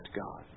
God